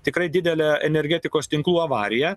tikrai didelę energetikos tinklų avariją